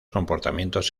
comportamientos